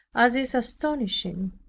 as is astonishing.